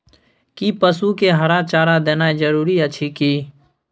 कि पसु के हरा चारा देनाय जरूरी अछि की?